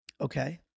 Okay